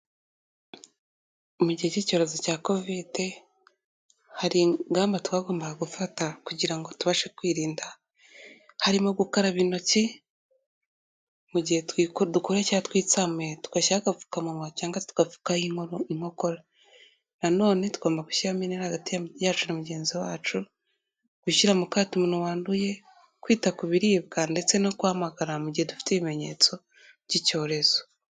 Mu gihe cy'icyorezo cya kovide, hari ingamba twagombaga gufata kugira ngo tubashe kwirinda, harimo gukaraba intoki, mu gihe twiko dukora cya twitsamuye tugashyiraho agapfukamunwa cyangwa tugapfukaho inkono inkokora , na none tugomba gushyiramo intera hagati ya mu yacu na mugenzi wacu, gushyira mu kato umuntu wanduye, kwita ku biribwa ndetse no guhamagara mu gihe dufite ibimenyetso by'icyorezo.